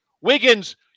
Wiggins